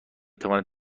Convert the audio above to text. تواند